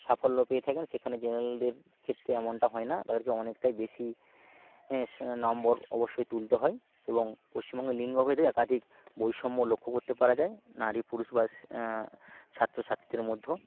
সাফল্য পেয়ে থাকেন সেখানে জেনারেলদের ক্ষেত্রে এমনটা হয় না তাদেরকে অনেকটাই বেশি এস নম্বর অবশ্যই তুলতে হয় এবং পশ্চিমবঙ্গে লিঙ্গভেদে একাধিক বৈষম্য লক্ষ্য করতে পারা যায় নারী পুরুষ বাস ছাত্র ছাত্রীদের মধ্যেও